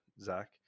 Zach